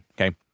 Okay